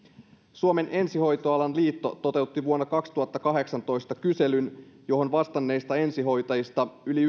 suomen ensihoitoalan liitto toteutti vuonna kaksituhattakahdeksantoista kyselyn johon vastanneista ensihoitajista yli